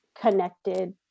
connected